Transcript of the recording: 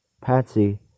Patsy